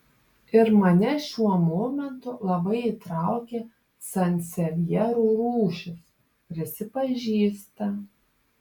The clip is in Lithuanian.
ir mane šiuo momentu labai įtraukė sansevjerų rūšys prisipažįsta